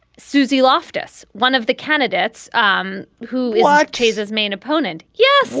susie loftus one of the candidates um who was chase's main opponent yeah.